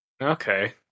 Okay